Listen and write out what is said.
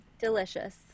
delicious